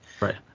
Right